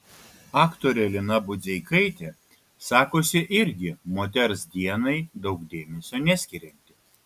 aktorė lina budzeikaitė sakosi irgi moters dienai daug dėmesio neskirianti